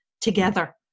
together